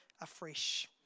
afresh